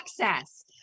access